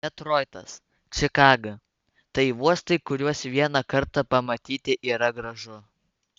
detroitas čikaga tai uostai kuriuos vieną kartą pamatyti yra gražu